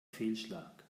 fehlschlag